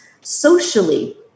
socially